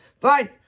fine